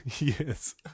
yes